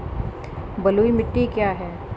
बलुई मिट्टी क्या है?